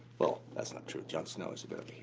well, that's not true. jon snow is a bit of